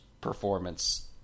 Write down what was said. performance